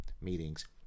meetings